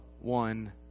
one